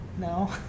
No